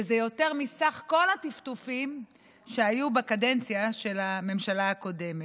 וזה יותר מסך הטפטופים שהיו בקדנציה של הממשלה הקודמת.